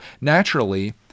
naturally